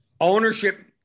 ownership